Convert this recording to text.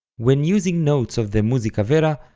when using notes of the musica vera,